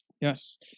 Yes